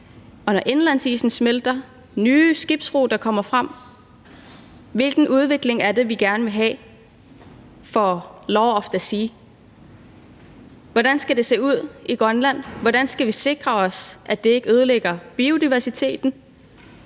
og indlandsisen smelter. Hvilken udvikling er det, vi gerne vil have, i forhold til law of the sea? Hvordan skal det se ud i Grønland? Hvordan skal vi sikre os, at det ikke ødelægger biodiversiteten,